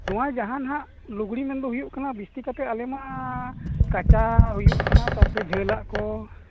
ᱱᱚᱣᱟ ᱡᱟᱦᱟᱸ ᱦᱟᱸᱜ ᱞᱩᱜᱽᱲᱤᱡ ᱢᱮᱱᱫᱚ ᱦᱩᱭᱩᱜ ᱠᱟᱱᱟ ᱵᱤᱥᱛᱤ ᱠᱚᱛᱮ ᱟᱞᱮ ᱢᱟ ᱠᱟᱪᱟ ᱦᱩᱭᱩᱜ ᱠᱟᱱᱟ ᱛᱟᱨᱯᱚᱨᱮ ᱡᱷᱟᱹᱞᱟᱜ ᱠᱚ